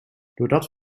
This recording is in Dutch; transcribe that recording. doordat